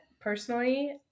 personally